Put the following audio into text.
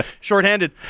shorthanded